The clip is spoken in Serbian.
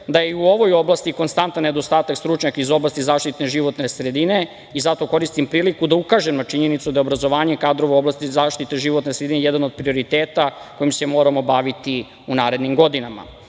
da je i u ovoj oblasti konstantan nedostatak stručnjaka iz oblasti zaštite životne sredine i zato koristim priliku da ukažem na činjenicu da je obrazovanje kadrova u oblasti zaštite životne sredine jedan od prioriteta kojim se moramo baviti u narednim godinama. Pored